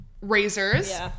razors